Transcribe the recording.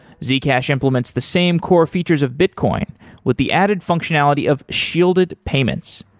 zcash implements the same core features of bitcoin with the added functionality of shielded payments.